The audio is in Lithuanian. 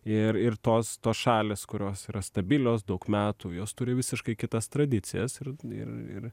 ir ir tos tos šalys kurios yra stabilios daug metų jos turi visiškai kitas tradicijas ir ir ir